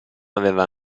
aveva